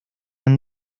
han